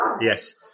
Yes